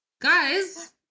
Guys